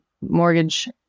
mortgage